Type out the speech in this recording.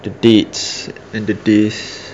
the dates and the days